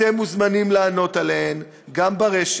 אתם מוזמנים לענות עליהן גם ברשת.